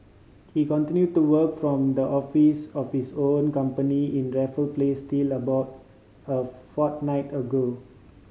he continued to work from the office office of own company in Raffles Place till about a fortnight ago